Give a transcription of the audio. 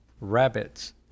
rabbits